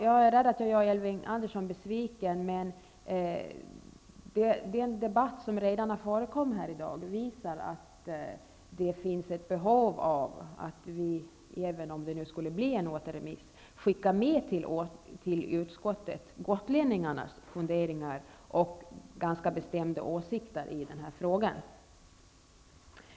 Jag är rädd att jag gör Elving Andersson besviken, men den debatt som redan har förekommit här i dag visar att det finns ett behov av att vi -- även om det skulle bli en återremiss -- skickar med till utskottet gotlänningarnas funderingar och ganska bestämda åsikter i denna fråga.